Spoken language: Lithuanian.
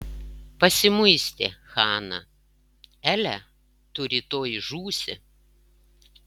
pasimuistė hana ele tu rytoj žūsi